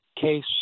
case